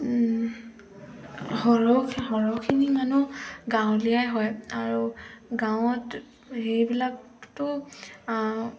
সৰহ সৰহখিনি মানুহ গাঁৱলীয়াই হয় আৰু গাঁৱত সেইবিলাকতো